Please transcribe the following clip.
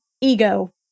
ego